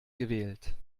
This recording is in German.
gewählt